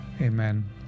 Amen